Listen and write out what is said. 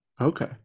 Okay